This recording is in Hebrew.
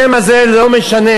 השם הזה לא משנה.